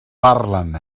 parlen